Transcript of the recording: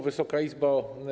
Wysoka Izbo!